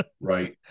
Right